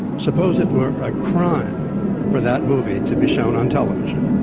suppose it were a crime for that movie to be shown on television,